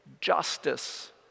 justice